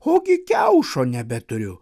o gi kiaušo nebeturiu